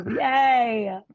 Yay